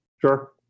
Sure